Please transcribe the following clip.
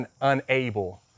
unable